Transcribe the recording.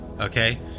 okay